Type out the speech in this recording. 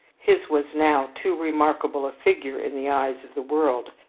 his was now too remarkable a figure in the eyes of the world.